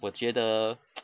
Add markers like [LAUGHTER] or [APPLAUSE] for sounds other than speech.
我觉得 [NOISE]